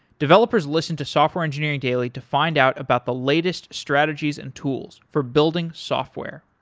developers listen to software engineering daily to find out about the latest strategies and tools for building software.